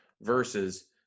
versus –